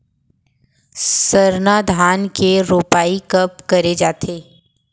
सरना धान के रोपाई कब करे जाथे?